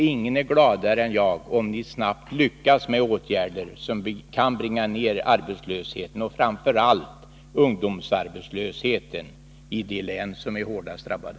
Ingen är då gladare än jag om ni snart lyckas få fram åtgärder som kan bringa ner arbetslösheten, framför allt ungdomsarbetslösheten, i de län som är hårdast drabbade.